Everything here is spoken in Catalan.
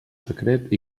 secret